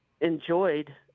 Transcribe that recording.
enjoyed